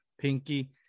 pinky